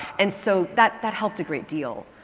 and so, that that helped a great deal.